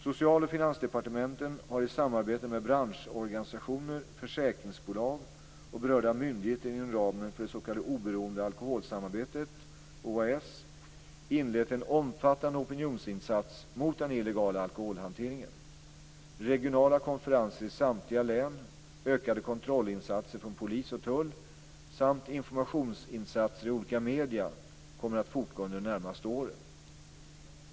Social och finansdepartementen har i samarbete med branschorganisationer, försäkringsbolag och berörda myndigheter inom ramen för det s.k. Oberoende Alkoholsamarbetet - OAS - inlett en omfattande opinionsinsats mot den illegala alkoholhanteringen. Regionala konferenser i samtliga län, ökade kontrollinsatser från polis och tull samt informationsinsatser i olika medier kommer att fortgå under de närmaste åren.